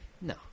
no